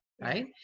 right